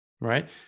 right